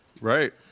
Right